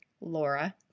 Laura